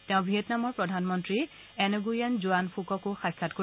তেওঁ ভিয়েটনামৰ প্ৰধানমন্ত্ৰী এনগুয়েন জোৱান ফুককো সাক্ষাৎ কৰিব